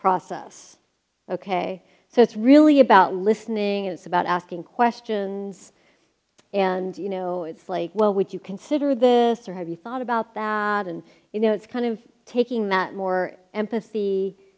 process ok so it's really about listening it's about asking questions and you know it's like well would you consider this or have you thought about that and you know it's kind of taking that more empathy